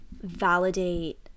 validate